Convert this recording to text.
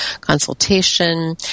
consultation